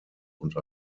und